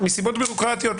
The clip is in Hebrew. מסיבות בירוקרטיות.